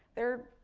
they're,